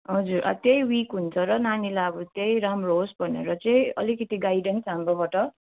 हजुर अँ त्यही विक हुन्छ र नानीलाई अब त्यही राम्रो होस् भनेर चाहिँ अलिकिति गाइडेन्स हाम्रोबाट